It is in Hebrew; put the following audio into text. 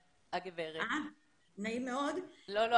נכון.